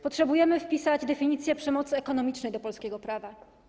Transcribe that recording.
Potrzebujemy wpisania definicji przemocy ekonomicznej do polskiego prawa.